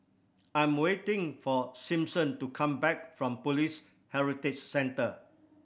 I'm waiting for Simpson to come back from Police Heritage Centre